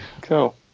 Cool